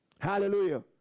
Hallelujah